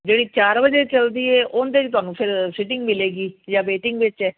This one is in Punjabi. ਜਿਹੜੀ ਚਾਰ ਵਜੇ ਚੱਲਦੀ ਹੈ ਉਨਦੇ 'ਚ ਤੁਹਾਨੂੰ ਫਿਰ ਸਿਟਿੰਗ ਮਿਲੇਗੀ ਜਾਂ ਵੇਟਿੰਗ ਵਿੱਚ ਹੈ